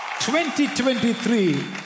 2023